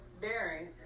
bearing